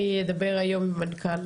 אני אדבר היום עם המנכ"ל